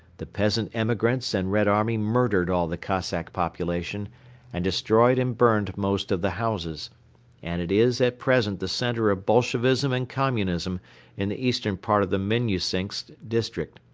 the peasant emigrants and red army murdered all the cossack population and destroyed and burned most of the houses and it is at present the center of bolshevism and communism in the eastern part of the minnusinsk district.